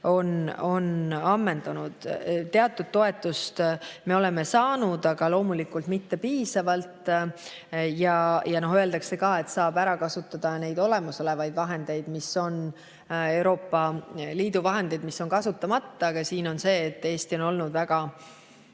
on ammendunud. Teatud toetust me oleme saanud, aga loomulikult mitte piisavalt. Öeldakse ka, et saab ära kasutada olemasolevaid vahendeid, Euroopa Liidu vahendeid, mis on kasutamata. Aga Eesti on olnud väga